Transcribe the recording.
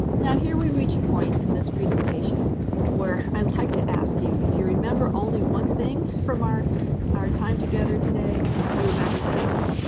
now here we reach a point in this presentation where i like to ask you, you, if you remember only one thing from our our time together today, you remember this.